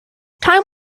time